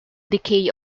decay